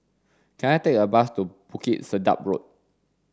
can I take a bus to Bukit Sedap Road